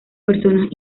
personas